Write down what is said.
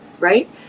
right